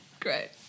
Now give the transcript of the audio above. Great